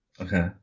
Okay